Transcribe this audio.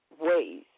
ways